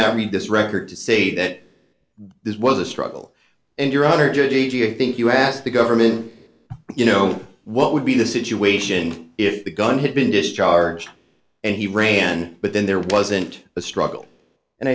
not read this record to say that this was a struggle and your honor do you think you asked the government you know what would be the situation if the gun had been discharged and he ran but then there wasn't a struggle and